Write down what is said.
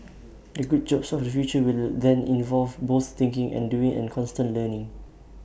the good jobs of the future will then involve both thinking and doing and constant learning